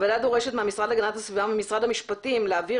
הוועדה דורשת מהמשרד להגנת הסביבה וממשרד המשפטים להעביר